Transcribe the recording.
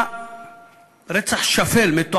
רצח שפל, מתועב,